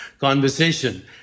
conversation